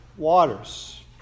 Waters